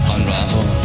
Unravel